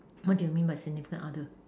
what do you mean by significant other